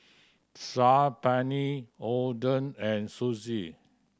Saag Paneer Oden and Sushi